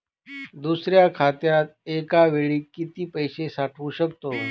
दुसऱ्या खात्यात एका वेळी किती पैसे पाठवू शकतो?